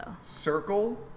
circle